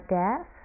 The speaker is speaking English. death